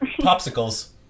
Popsicles